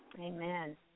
Amen